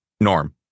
norm